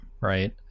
right